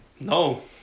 No